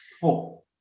four